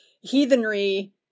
heathenry